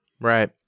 right